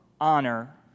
honor